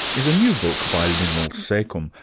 is a new book by linnell secomb,